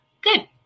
Good